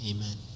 Amen